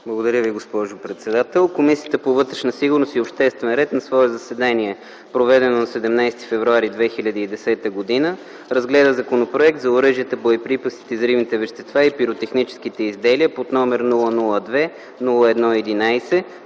Благодаря, госпожо председател. „Комисията по вътрешна сигурност и обществен ред на свое заседание, проведено на 17 февруари 2010 г., разгледа Законопроект за оръжията, боеприпасите, взривните вещества и пиротехническите изделия, № 002-01-11,